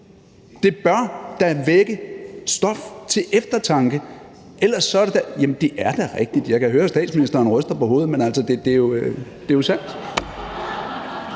Det bør da vække stof til eftertanke. Jamen det er da rigtigt. Jeg kan høre, at statsministeren ryster på hovedet, men det er jo sandt.